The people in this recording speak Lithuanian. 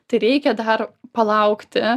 tai reikia dar palaukti